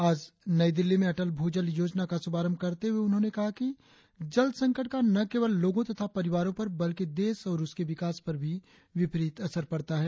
आज नई दिल्ली में अटल भूजल योजना का शुभारंभ करने के बाद उन्होंने कहा कि जल संकट का न केवल लोगों तथा परिवारों पर बल्कि देश और उसके विकास पर भी विपरीत असर पड़ता है